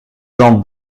jambes